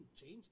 change